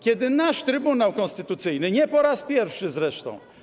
Kiedy nasz Trybunał Konstytucyjny, nie po raz pierwszy zresztą.